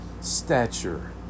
stature